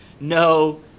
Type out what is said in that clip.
no